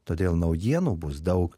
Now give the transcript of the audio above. todėl naujienų bus daug